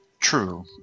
True